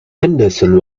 henderson